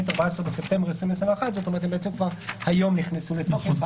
(14 בספטמבר 2021). זאת אומרת הן בעצם כבר היום נכנסו לתוקף.